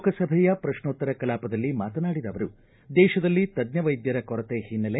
ಲೋಕಸಭೆಯ ಪ್ರಶ್ನೋತ್ತರ ಕಲಾಪದಲ್ಲಿ ಮಾತನಾಡಿದ ಅವರು ದೇಶದಲ್ಲಿ ತಜ್ಜ ವೈದ್ಯರ ಕೊರತೆ ಹಿನ್ನೆಲೆ